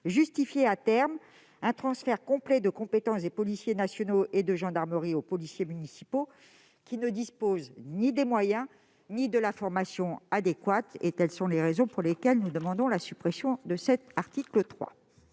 justifiera, à terme, un transfert complet de compétences des policiers nationaux et de gendarmerie aux policiers municipaux qui ne disposent ni des moyens ni de la formation adéquate. Telles sont les raisons pour lesquelles nous demandons la suppression du présent article.